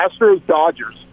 Astros-Dodgers